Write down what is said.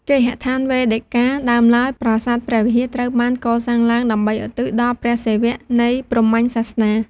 គេហដ្ឋានវេដិកា ដើមឡើយ ប្រាសាទព្រះវិហារ ត្រូវបាន កសាងឡើងដើម្បីឧទ្ទិសដល់ព្រះសិវៈ នៃ ព្រាហ្មណ៍សាសនា។